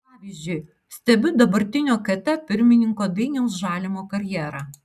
pavyzdžiui stebiu dabartinio kt pirmininko dainiaus žalimo karjerą